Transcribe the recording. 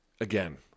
Again